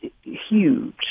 huge